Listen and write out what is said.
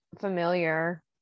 familiar